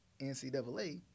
NCAA